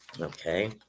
Okay